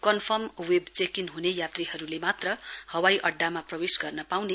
confirm web check in हुने यात्रीहरूले मात्र हवाई अड्डामा प्रवेश गर्न पाउने